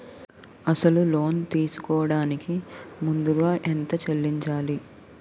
అసలు లోన్ తీసుకోడానికి ముందుగా ఎంత చెల్లించాలి?